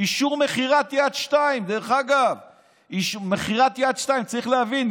"אישור עסקת מכירת יד 2" צריך להבין,